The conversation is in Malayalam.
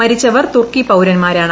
മരിച്ചവർ തുർക്കി പൌരന്മാരാണ്